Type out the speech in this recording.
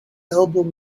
album